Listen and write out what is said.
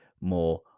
more